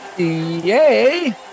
Yay